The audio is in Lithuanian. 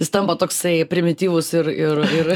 jis tampa toksai primityvus ir ir ir